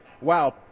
wow